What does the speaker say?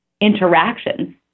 interactions